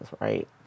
right